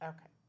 Okay